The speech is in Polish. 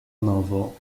nowo